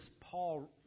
Paul